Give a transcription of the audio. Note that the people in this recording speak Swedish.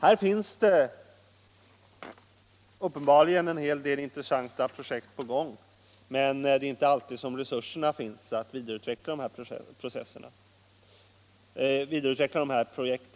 Här finns uppenbarligen en hel del intressanta projekt på gång, men resurserna finns inte alltid för att vidareutveckla dessa projekt.